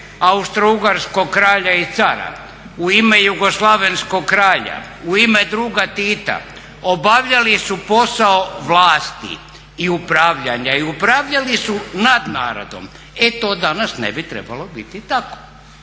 austrougarskog kralja i cara, u ime jugoslavenskog kralja, u ime druga Tita, obavljali su posao vlasti i upravljanja i upravljali su nad narodom. E to danas ne bi trebalo biti tako,